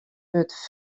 wurdt